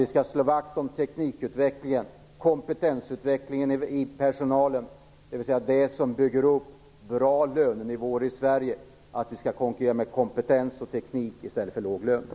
Vi skall slå vakt om teknikutvecklingen, kompetensutvecklingen hos personalen, dvs. det som bygger upp bra lönenivåer i Sverige. Vi skall konkurrera med kompetens och teknik i stället för låga löner.